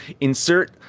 insert